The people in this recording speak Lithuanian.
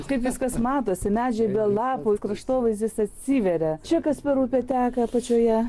kaip viskas matosi medžiai be lapų kraštovaizdis atsiveria čia kas per upė teka apačioje